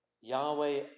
Yahweh